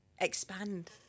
expand